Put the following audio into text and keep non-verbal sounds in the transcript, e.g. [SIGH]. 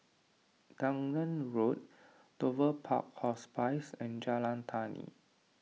Dunearn Road [NOISE] Dover Park Hospice and Jalan Tani